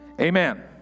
Amen